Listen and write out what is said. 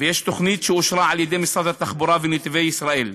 ויש תוכנית שאושרה על-ידי משרד התחבורה ו"נתיבי ישראל",